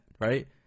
right